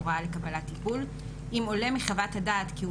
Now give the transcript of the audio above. הוראה לקבלת טיפול) אם עולה מחוות הדעת כי הוא